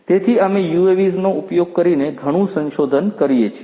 તેથી અમે UAVs નો ઉપયોગ કરીને ઘણું સંશોધન કરીએ છીએ